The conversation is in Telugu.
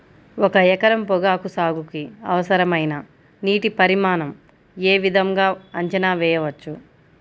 ఒక ఎకరం పొగాకు సాగుకి అవసరమైన నీటి పరిమాణం యే విధంగా అంచనా వేయవచ్చు?